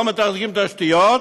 לא מתחזקים תשתיות?